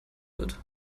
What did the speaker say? wird